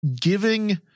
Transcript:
giving